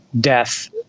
death